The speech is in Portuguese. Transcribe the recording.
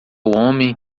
homem